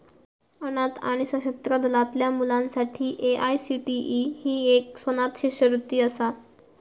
अनाथ आणि सशस्त्र दलातल्या मुलांसाठी ए.आय.सी.टी.ई ही एक स्वनाथ शिष्यवृत्ती असा